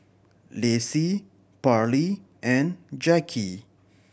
Lacy Parlee and Jackie